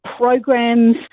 programs